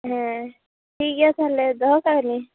ᱦᱮᱸ ᱴᱷᱤᱠ ᱜᱮᱭᱟ ᱛᱟᱦᱚᱞᱮ ᱫᱚᱦᱚ ᱠᱟᱜᱼᱢᱮ